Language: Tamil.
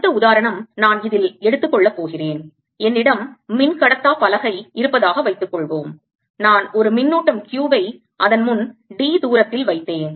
அடுத்த உதாரணம் நான் இதில் எடுத்துக் கொள்ளப் போகிறேன் என்னிடம் மின்கடத்தா பலகை இருப்பதாக வைத்துக் கொள்வோம் நான் ஒரு மின்னூட்டம் Q வை அதன் முன் D தூரத்தில் வைத்தேன்